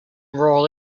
rural